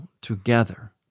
together